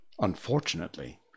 Unfortunately